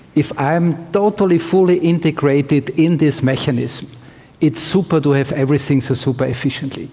if i am totally fully integrated in this mechanism it's super to have everything so super-efficient. like